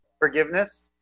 Forgiveness